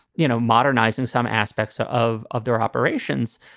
you know, modernizing some aspects ah of of their operations.